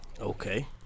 okay